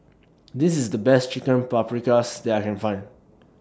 This IS The Best Chicken Paprikas that I Can Find